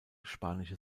spanische